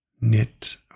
knit